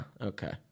okay